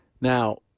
Now